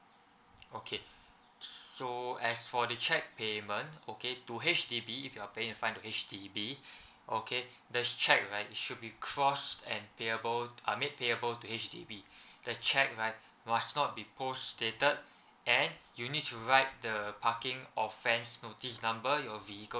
okay s~ so as for the cheque payment okay to H_D_B if you are paying the fine to H_D_B okay the cheque right should be crossed and payable uh made payable to H_D_B the cheque right must not be post dated and you need to write the parking offence notice number your vehicle